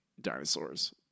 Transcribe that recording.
dinosaurs